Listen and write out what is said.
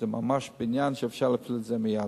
זה ממש בניין, ואפשר להפעיל את זה מייד.